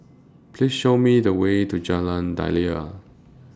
Please Show Me The Way to Jalan Daliah